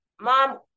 Mom